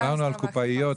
דיברנו על קופאיות,